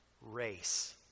race